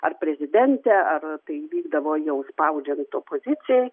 ar prezidentė ar tai vykdavo jau spaudžiant opozicijai